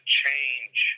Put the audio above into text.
change